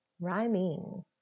Rhyming